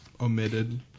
omitted